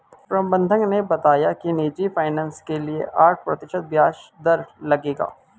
प्रबंधक ने बताया कि निजी फ़ाइनेंस के लिए आठ प्रतिशत ब्याज दर लगेगा